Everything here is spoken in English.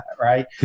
right